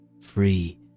free